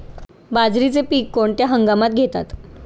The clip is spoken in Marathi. बाजरीचे पीक कोणत्या हंगामात घेतात?